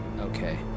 Okay